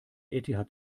eth